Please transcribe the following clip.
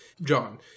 John